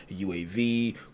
UAV